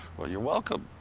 well, you're welcome.